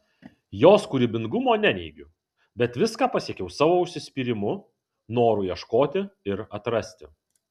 jos kūrybingumo neneigiu bet viską pasiekiau savo užsispyrimu noru ieškoti ir atrasti